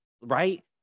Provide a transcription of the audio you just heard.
Right